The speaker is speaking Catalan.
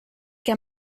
que